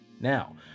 Now